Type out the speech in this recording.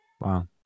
Wow